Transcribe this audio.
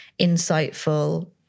insightful